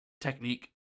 technique